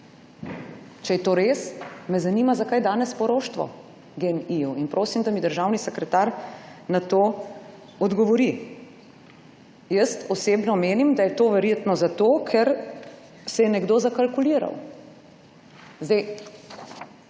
Če je to res, me zanima, zakaj je danes poroštvo Gen-I? Prosim, da mi državni sekretar na to odgovori. Jaz osebno menim, da je to verjetno zato, ker se je nekdo zakalkuliral.